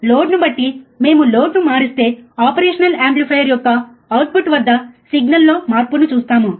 కాబట్టి లోడ్ను బట్టి మేము లోడ్ను మారుస్తే ఆపరేషనల్ యాంప్లిఫైయర్ యొక్క అవుట్పుట్ వద్ద సిగ్నల్లో మార్పును చూస్తాము